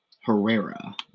Herrera